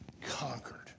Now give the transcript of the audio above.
conquered